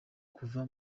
kuva